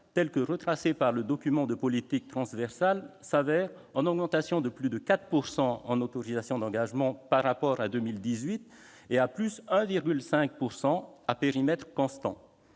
tel que retracé par le document de politique transversale, est donc en augmentation de plus de 4 % en autorisations d'engagement par rapport à 2018, et de plus de 1,5 % à périmètre constant.